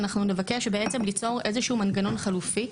אנחנו נבקש שבעצם ליצור איזשהו מנגנון חלופי.